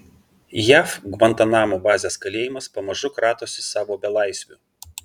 jav gvantanamo bazės kalėjimas pamažu kratosi savo belaisvių